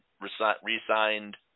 re-signed